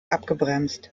abgebremst